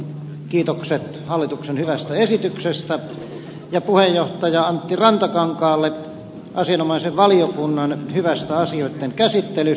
kiitokset hallituksen hyvästä esityksestä ja puheenjohtaja antti rantakankaalle asianomaisen valiokunnan hyvästä asioitten käsittelystä